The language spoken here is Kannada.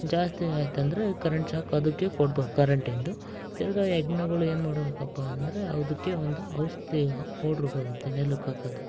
ಜಾಸ್ತಿ ಆಯಿತಂದ್ರೆ ಕರೆಂಟ್ ಶಾಕ್ ಅದಕ್ಕೆ ಕೊಡ್ಬೌದು ಕರೆಂಟಿಂದು ತಿರ್ಗಿ ಹೆಗ್ಣಗುಳ್ ಏನು ಮಾಡಬೇಕಪ್ಪ ಅಂದರೆ ಅದಕ್ಕೆ ಒಂದು ಔಷಧಿ ಪೌಡ್ರು ಬರುತ್ತೆ ನೆಲಕ್ಕಾಕದು